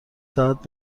ساعت